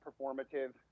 performative